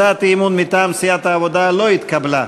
הצעת האי-אמון מטעם סיעת העבודה לא התקבלה.